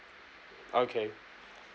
okay